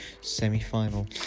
semi-final